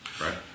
right